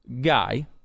guy